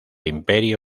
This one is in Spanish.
imperio